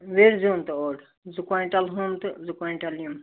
وِرِ زیُن تہِ اوڈ زٕ کۄنٛٹل ہُم تہٕ زٕ کۄنٛٹل یِم